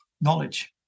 knowledge